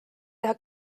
teha